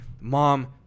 mom